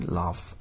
love